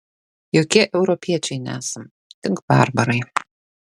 jokie europiečiai nesam tik barbarai